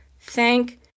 Thank